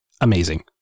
amazing